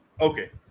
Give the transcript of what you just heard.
Okay